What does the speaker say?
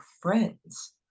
friends